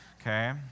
okay